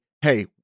hey